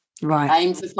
Right